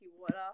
water